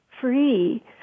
free